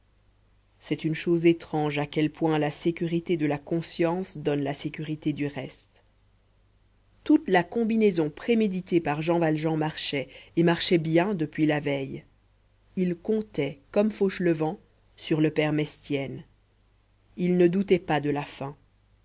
c'est une chose étrange à quel point la sécurité de la conscience donne la sécurité du reste toute la combinaison préméditée par jean valjean marchait et marchait bien depuis la veille il comptait comme fauchelevent sur le père mestienne il ne doutait pas de la fin